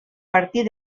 partir